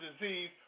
disease